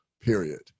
period